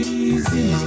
easy